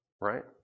right